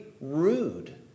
rude